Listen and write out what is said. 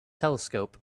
telescope